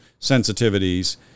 sensitivities